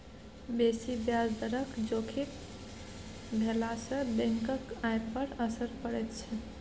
बेसी ब्याज दरक जोखिम भेलासँ बैंकक आय पर असर पड़ैत छै